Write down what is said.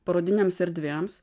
parodinėms erdvėms